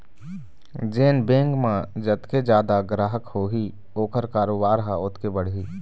जेन बेंक म जतके जादा गराहक होही ओखर कारोबार ह ओतके बढ़ही